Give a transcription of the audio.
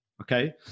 Okay